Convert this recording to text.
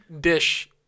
dish